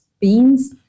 beans